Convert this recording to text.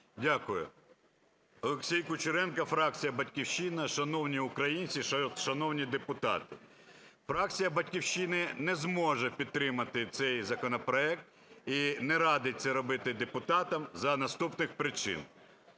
Дякую. Олексій Кучеренко, фракція "Батьківщина". Шановні українці, шановні депутати! Фракція "Батьківщина" не зможе підтримати цей законопроект і не радить це робити депутатам за наступних причин.